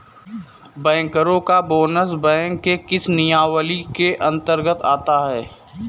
बैंकरों का bonus bank के किस नियमावली के अंतर्गत आता है?